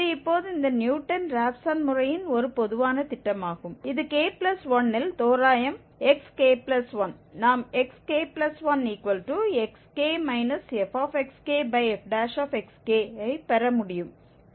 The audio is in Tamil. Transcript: இது இப்போது இந்த நியூட்டன் ராப்சன் முறையின் ஒரு பொதுவான திட்டமாகும் இது k1 இல் தோராயம் xk1 நாம் xk1xk fxkfxk ஐ பெற முடியும் என்று கூறுகிறது